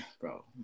Bro